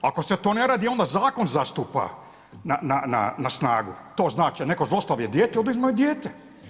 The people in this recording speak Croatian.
Ako se to ne radi onda zakon zastupa na snagu, to znači netko zlostavlja dijete, oduzmu dijete.